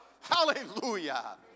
Hallelujah